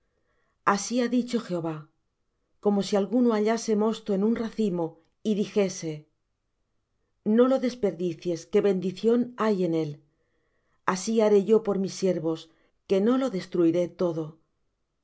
así ha dicho jehová como si alguno hallase mosto en un racimo y dijese no lo desperdicies que bendición hay en él así haré yo por mis siervos que no lo destruiré todo mas